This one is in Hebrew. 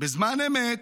בזמן אמת.